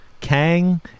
Kang